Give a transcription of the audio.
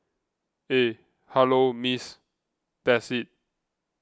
eh hello Miss that's it